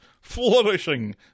Flourishing